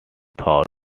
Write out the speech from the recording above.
though